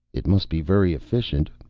it must be very efficient.